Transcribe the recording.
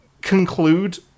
conclude